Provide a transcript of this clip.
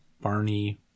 Barney